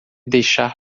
deixar